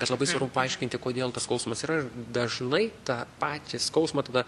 nes labai svarbu paaiškinti kodėl tas skausmas yra ir dažnai tą patį skausmą tada